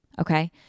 Okay